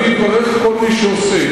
אני מברך כל מי שעושה.